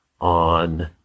on